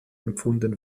empfunden